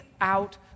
out